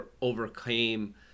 overcame